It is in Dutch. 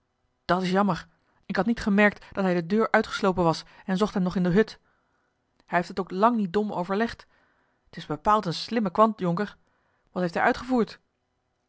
dat is jammer ik had niet gemerkt dat hij de deur uitgeslopen was en zocht hem nog in de hut hij heeft het ook lang niet dom overlegd t is bepaald een slimme kwant jonker wat heeft hij uitgevoerd